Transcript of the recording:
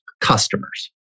customers